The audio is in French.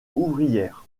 ouvrières